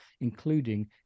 including